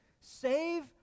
Save